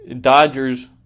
Dodgers